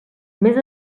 més